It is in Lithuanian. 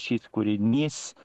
šis kūrinys